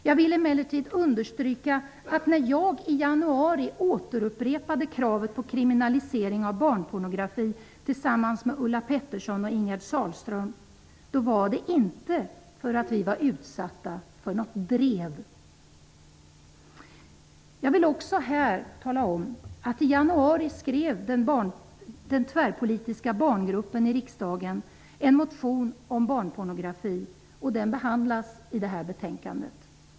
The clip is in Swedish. Jag vill emellertid understryka att när jag, tillsammans med Ulla Pettersson och Ingegerd Sahlström, i januari återupprepade kravet på kriminalisering av barnpornografi, var det inte för att vi var utsatta för något drev. Jag vill här också tala om att den tvärpolitiska barngruppen i riksdagen i januari i år väckte en motion om barnpornografi, vilken behandlas i detta betänkande.